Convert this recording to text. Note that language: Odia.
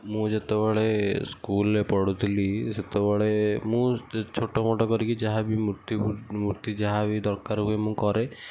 ମୁଁ ଯେତେବେଳେ ସ୍କୁଲରେ ପଢ଼ୁଥିଲି ସେତେବେଳେ ମୁଁ ଛୋଟ ମୋଟ କରିକି ଯାହା ବି ମୂର୍ତ୍ତି ମୂର୍ତ୍ତି ଯାହା ବି ଦରକାର ହୁଏ ମୁଁ କରେ